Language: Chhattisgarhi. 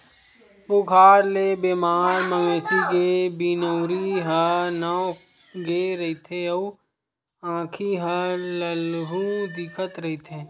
बुखार ले बेमार मवेशी के बिनउरी ह नव गे रहिथे अउ आँखी ह ललहूँ दिखत रहिथे